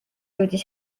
jõudis